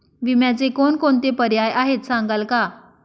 विम्याचे कोणकोणते पर्याय आहेत सांगाल का?